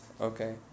Okay